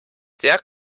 sehr